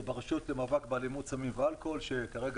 זה ברשות למאבק באלימות סמים ואלכוהול שכרגע